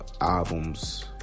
albums